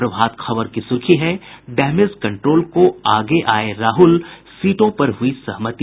प्रभात खबर की सुर्खी है डैमेज कंट्रोल को आगे आये राहुल सीटों पर हुई सहमति